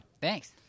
Thanks